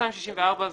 זה